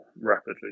rapidly